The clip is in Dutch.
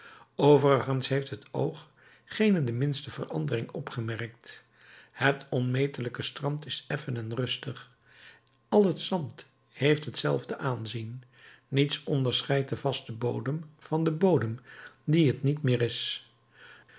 overigens heeft het oog geene de minste verandering opgemerkt het onmetelijke strand is effen en rustig al het zand heeft hetzelfde aanzien niets onderscheidt den vasten bodem van den bodem die het niet meer is